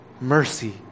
mercy